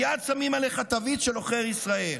מייד שמים עליך תווית של עוכר ישראל".